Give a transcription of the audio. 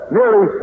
nearly